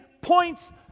points